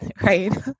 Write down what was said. Right